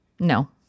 No